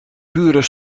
buren